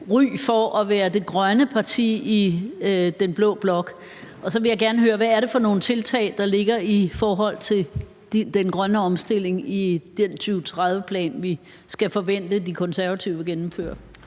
ry for at være det grønne parti i den blå blok til sig. Så vil jeg gerne høre, hvad det er for nogle tiltag, der ligger i forhold til den grønne omstilling i den 2030-plan, vi skal forvente at de Konservative vil gennemføre.